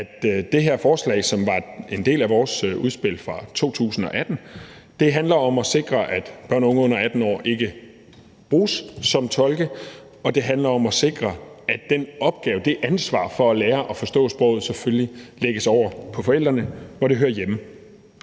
at det her forslag, som var en del af vores udspil fra 2018, handler om at sikre, at børn og under 18 år ikke bruges som tolke, og det handler om at sikre, at den opgave, det ansvar for at lære og forstå sproget selvfølgelig lægges over på forældrene, hvor det hører hjemme.